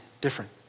different